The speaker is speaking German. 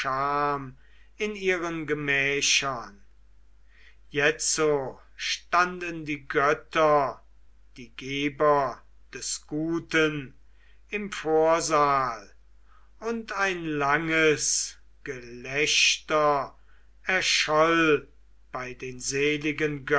in ihren gemächern jetzo standen die götter die geber des guten im vorsaal und ein langes gelächter erscholl bei den